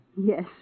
Yes